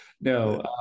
No